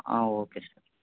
ఆ okay sir